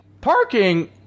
parking